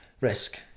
risk